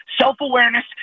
Self-awareness